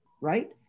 right